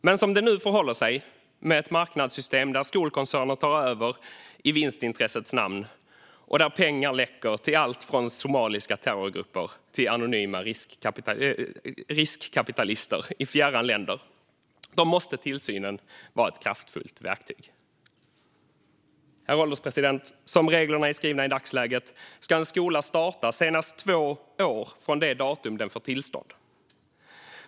Men som det nu förhåller sig, med ett marknadssystem där skolkoncerner tar över i vinstintressets namn och där pengar läcker till allt från somaliska terrorgrupper till anonyma riskkapitalister i fjärran länder, måste tillsynen vara ett kraftfullt verktyg. Herr ålderspresident! Som reglerna är skrivna i dagsläget ska en skola starta senast två år från det datum som den får tillstånd.